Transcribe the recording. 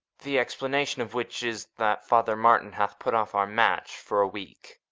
the explanation of which is, that father martin hath put off our match for a week.